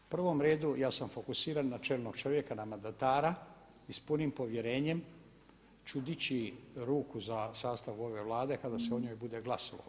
U prvom redu ja sam fokusiran na čelnog čovjeka, na mandatara i s punim povjerenjem ću dići ruku za sastav ove Vlade kada se o njoj bude glasovalo.